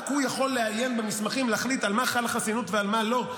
רק הוא יכול לעיין במסמכים ולהחליט על מה חלה חסינות ועל מה לא,